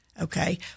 Okay